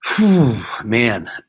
man